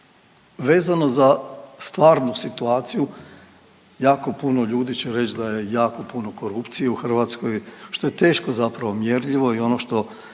Vezano za stvarnu situaciju, jako puno ljudi će reći da je jako puno korupcije u Hrvatskoj, što je teško zapravo mjerljivo i ono što